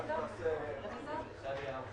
בבקשה, טלי.